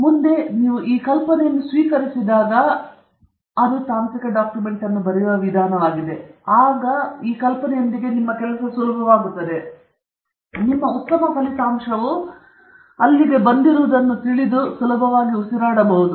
ಆದ್ದರಿಂದ ಮುಂದೆ ನೀವು ಈ ಕಲ್ಪನೆಯನ್ನು ಸ್ವೀಕರಿಸಿದಾಗ ಅದು ತಾಂತ್ರಿಕ ಡಾಕ್ಯುಮೆಂಟ್ ಅನ್ನು ಬರೆಯುವ ವಿಧಾನವಾಗಿದೆ ಅದು ನಿಮಗೆ ಸುಲಭವಾಗಿರುತ್ತದೆ ನಿಮ್ಮ ಉತ್ತಮ ಫಲಿತಾಂಶವು ಅಲ್ಲಿಗೆ ಬಂದಿರುವುದನ್ನು ನೀವು ಸುಲಭವಾಗಿ ತಿಳಿದುಕೊಳ್ಳುವುದನ್ನು ಸುಲಭವಾಗಿ ಉಸಿರಾಡಬಹುದು